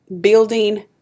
building